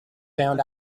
found